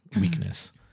weakness